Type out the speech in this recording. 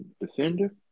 defender